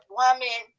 woman